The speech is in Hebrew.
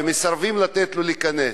ומסרבים לתת לו להיכנס.